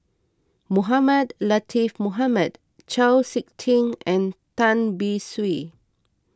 Mohamed Latiff Mohamed Chau Sik Ting and Tan Beng Swee